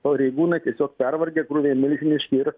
pareigūnai tiesiog pervargę krūviai milžiniški ir